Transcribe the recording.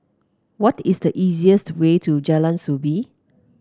what is the easiest way to Jalan Soo Bee